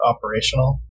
operational